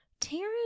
Taryn